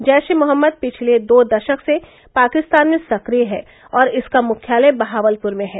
जैशे मोहम्मद पिछले दो दशक से पाकिस्तान में सक्रिय है और इसका मुख्यालय बहावलपुर में है